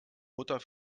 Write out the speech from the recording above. mutter